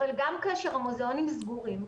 אבל גם כאשר המוזיאונים סגורים,